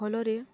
ଫଳରେ